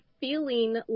feeling